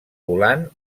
volant